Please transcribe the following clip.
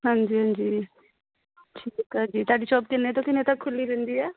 ਹਾਂਜੀ ਹਾਂਜੀ ਠੀਕ ਆ ਜੀ ਤੁਹਾਡੀ ਸ਼ੋਪ ਕਿੰਨੇ ਤੋਂ ਕਿੰਨੇ ਤੱਕ ਖੁੱਲੀ ਰਹਿੰਦੀ ਹੈ